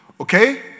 Okay